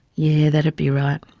yeah that'd be right.